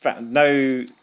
no